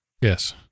Yes